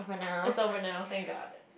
it's over now thank god